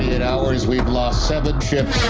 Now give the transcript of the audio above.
it hours we've lost seven tips.